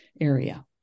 area